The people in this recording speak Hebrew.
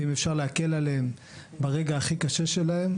ואם אפשר להקל עליהם ברגע הכי קשה שלהם,